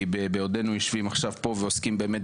כי בעודנו יושבים עכשיו פה ועוסקים באמת